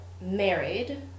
married